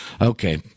okay